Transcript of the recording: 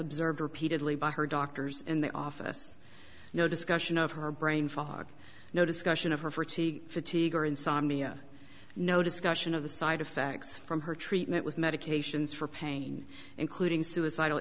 observed repeatedly by her doctors in the office no discussion of her brain fog no discussion of her for t fatigue or insomnia no discussion of the side effects from her treatment with medications for pain including suicidal